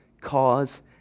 cause